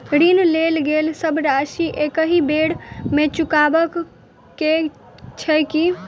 ऋण लेल गेल सब राशि एकहि बेर मे चुकाबऽ केँ छै की?